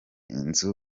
inzu